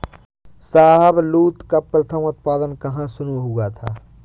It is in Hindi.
शाहबलूत का प्रथम उत्पादन कहां शुरू हुआ था?